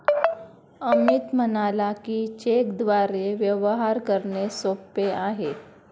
अमित म्हणाला की, चेकद्वारे व्यवहार करणे सोपे आहे